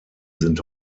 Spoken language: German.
sind